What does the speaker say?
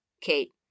Kate